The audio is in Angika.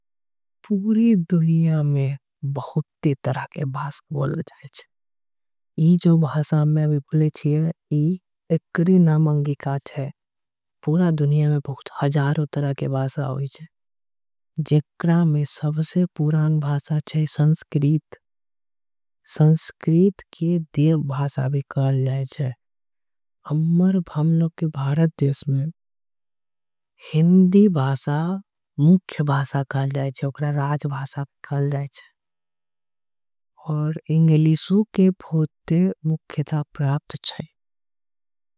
पूरा दुनिया में कई तरह के भाषा बोलल जाय छीये। ई जो भाषा हम बोले छे एकरा नाम अंगिका छे। पूरा दुनिया में हजारों भाषा बोलल जाय सके छे। जेकरा मे सबसे पुराना भाषा छे संस्कृत संस्कृत। के देव भाषा भी कहे जाय छे हमरा भारत देश। में हिंदी मुख्य भाषा कहे जाय छे ओकरा के राज। भाषा कहे जाय छे इंग्लिशो के बहुते मुख्यता प्राप्त छे।